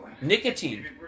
Nicotine